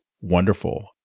wonderful